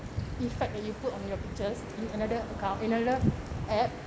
effect that you put on your pictures in another account in another app